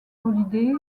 holiday